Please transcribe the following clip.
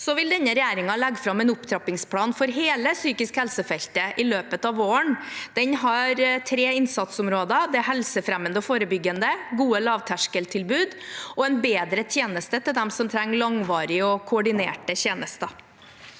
vår. Denne regjeringen vil legge fram en opptrappingsplan for hele psykisk helse-feltet i løpet av våren. Den har tre innsatsområder: det helsefremmende og forebyggende, gode lavterskeltilbud og en bedre tjeneste til dem som trenger langvarige og koordinerte tjenester.